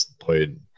played